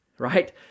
right